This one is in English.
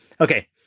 Okay